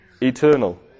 Eternal